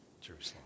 Jerusalem